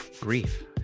grief